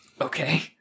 Okay